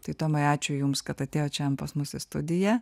tai tomai ačiū jums kad atėjot šiandien pas mus į studiją